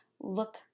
Look